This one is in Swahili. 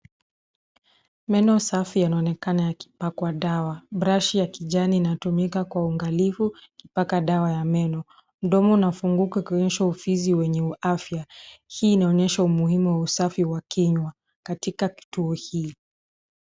Meno safi yanaonekana yakipakwa dawa, brashi ya kijani inatumika kwa uangalivu kupaka dawa. Mdomo unafunguka kuonyesha ufizi wenye afya. Hii inaonyesha umuhimu wa usafi wa kinywa katika kituo hii.